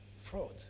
fraud